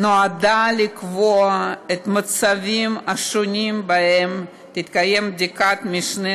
נועדה לקבוע את המצבים השונים שבהם תתקיים בדיקת משנה